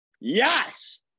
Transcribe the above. Yes